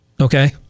Okay